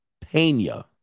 Pena